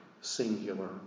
singular